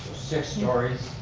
six stories,